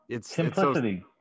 simplicity